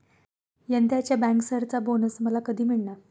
यंदाच्या बँकर्सचा बोनस मला कधी मिळणार?